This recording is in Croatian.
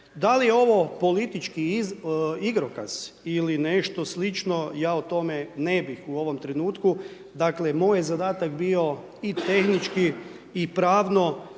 Da li je ovo politički igrokaz ili nešto slično, ja o tome ne bih u ovom trenutku. Dakle, moj je zadatak bio i tehnički i pravno